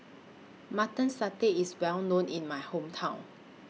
Mutton Satay IS Well known in My Hometown